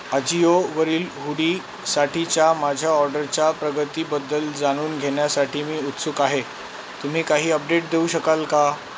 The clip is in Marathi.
अजिओवरील हुडीसाठीच्या माझ्या ऑर्डरच्या प्रगतीबद्दल जाणून घेण्यासाठी मी उत्सुक आहे तुम्ही काही अपडेट देऊ शकाल का